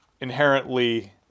inherently